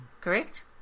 Correct